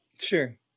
sure